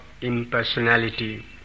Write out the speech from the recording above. impersonality